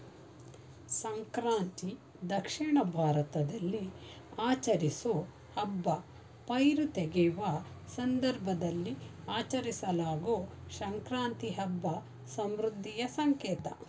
ಸಂಕ್ರಾಂತಿ ದಕ್ಷಿಣ ಭಾರತದಲ್ಲಿ ಆಚರಿಸೋ ಹಬ್ಬ ಪೈರು ತೆಗೆಯುವ ಸಂದರ್ಭದಲ್ಲಿ ಆಚರಿಸಲಾಗೊ ಸಂಕ್ರಾಂತಿ ಹಬ್ಬ ಸಮೃದ್ಧಿಯ ಸಂಕೇತ